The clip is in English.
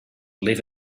live